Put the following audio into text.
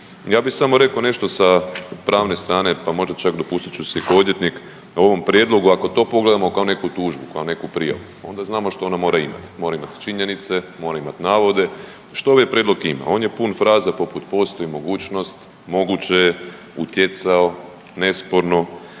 Ja bi samo rekao nešto sa pravne strane, pa možda čak dopustit ću si ko odvjetnik o ovom prijedlogu ako to pogledamo kao neku tužbu, kao neku prijavu. Onda znamo što ona mora imati. Mora imati činjenice, mora imati navode. Što ovaj prijedlog ima? On jer pun fraza poput postoji mogućnost, moguće je, utjecao, nesporno,